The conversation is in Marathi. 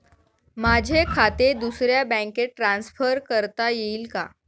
माझे खाते दुसऱ्या बँकेत ट्रान्सफर करता येईल का?